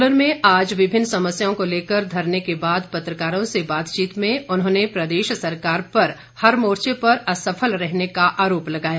सोलन में आज विभिन्न समस्याओं को लेकर धरने के बाद पत्रकारों से बातचीत में उन्होंने प्रदेश सरकार पर हर मोर्चे पर असफल रहने का भी आरोप लगाया